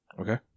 Okay